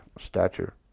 stature